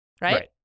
Right